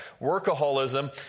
Workaholism